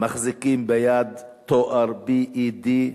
מחזיקים ביד תואר B.Ed.,